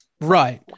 right